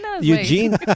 Eugene